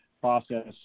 process